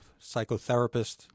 psychotherapist